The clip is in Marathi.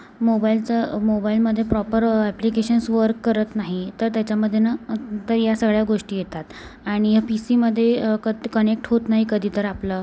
मोबाईलचं मोबाईलमधे प्रॉपर ॲप्लिकेशन्स वर्क करत नाही तर त्याच्यामध्ये ना तर या सगळ्या गोष्टी येतात आणि पीसीमध्ये क कनेक्ट होत नाही कधी तर आपलं